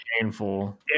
painful